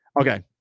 Okay